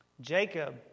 Jacob